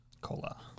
Cola